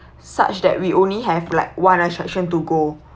such that we only have like one attraction to go